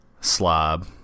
slob